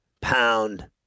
pound